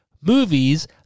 movies